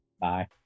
Bye